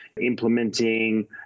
implementing